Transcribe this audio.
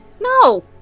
No